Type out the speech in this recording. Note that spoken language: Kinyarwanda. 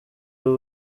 abo